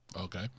Okay